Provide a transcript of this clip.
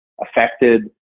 affected